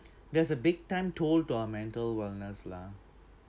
there's a big time toll to our mental wellness lah